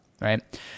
right